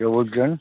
কে বলছেন